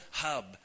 hub